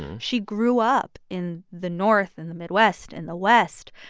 she grew up in the north, in the midwest, in the west.